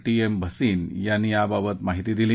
T M Bhasin यांनी याबाबत माहिती दिली